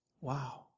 Wow